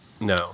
No